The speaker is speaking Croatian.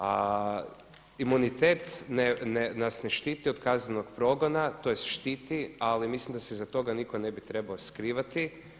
A imunitet nas ne štiti od kaznenog progona tj. štiti ali mislim da se iza toga nitko ne bi trebao skrivati.